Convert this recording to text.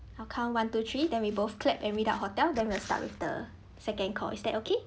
I'll count one to three then we both clap and read out hotel then we'll start with the second call is that okay